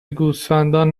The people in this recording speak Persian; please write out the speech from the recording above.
گوسفندان